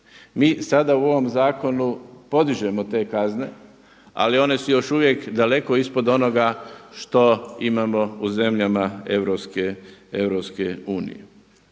Mi sada u ovom zakonu podižemo te kazne, ali one su još uvijek daleko ispod onoga što imamo u zemljama EU.